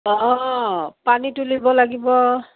অঁ পানী তুলিব লাগিব